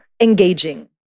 engaging